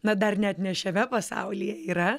na dar net ne šiame pasaulyje yra